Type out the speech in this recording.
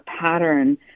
pattern